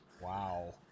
Wow